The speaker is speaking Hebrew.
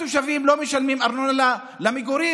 התושבים לא משלמים ארנונה למגורים,